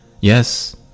Yes